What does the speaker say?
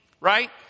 right